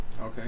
Okay